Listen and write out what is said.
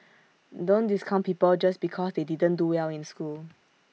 don't discount people just because they didn't do well in school